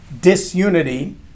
disunity